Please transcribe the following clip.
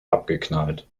abgeknallt